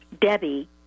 Debbie